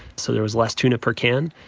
so there was less tuna per can.